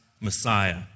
Messiah